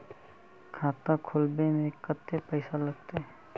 खाता खोलबे में कते पैसा लगते?